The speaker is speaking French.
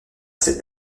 cette